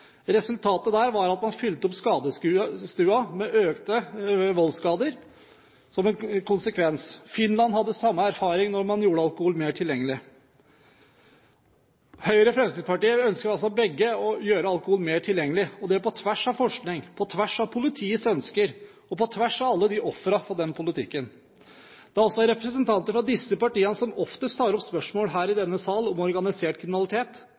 Resultatet der var at man fylte opp skadestua – økte voldsskader var altså en konsekvens. Finland hadde samme erfaring da man gjorde alkohol mer tilgjengelig. Høyre og Fremskrittspartiet ønsker altså begge å gjøre alkohol mer tilgjengelig, og det på tvers av forskning, på tvers av politiets ønsker og på tvers av alle ofrene for den politikken. Det er også representanter fra disse partiene som oftest tar opp spørsmål her i denne sal om organisert kriminalitet,